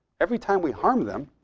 every time we harm them,